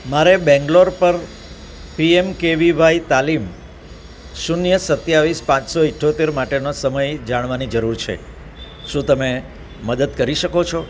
મારે બેંગ્લોર પર પીએમકેવિવાય તાલીમ શૂન્ય સત્તાવીસ પાંચસો ઇઠોતેર માટેનો સમય જાણવાની જરૂર છે શું તમે મદદ કરી શકો છો